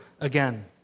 again